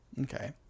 Okay